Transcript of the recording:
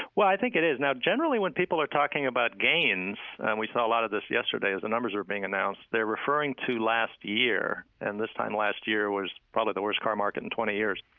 well, i think it is. now generally when people are talking about gains and we saw a lot of this yesterday as the numbers were being announced they're referring to last year. and this time last year was probably the worst car market in twenty years.